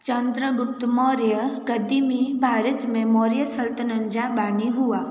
चंद्रगुप्त मौर्य क़दीमी भारत में मौर्य सल्तनत जा ॿानी हुआ